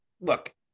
look